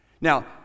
Now